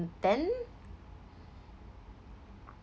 ten